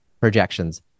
projections